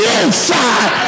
inside